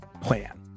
plan